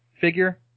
figure